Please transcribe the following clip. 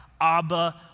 Abba